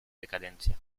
decadencia